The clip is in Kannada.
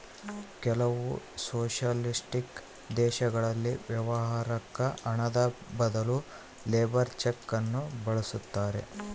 ಕೆಲವು ಸೊಷಲಿಸ್ಟಿಕ್ ದೇಶಗಳಲ್ಲಿ ವ್ಯವಹಾರುಕ್ಕ ಹಣದ ಬದಲು ಲೇಬರ್ ಚೆಕ್ ನ್ನು ಬಳಸ್ತಾರೆ